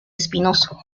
espinoso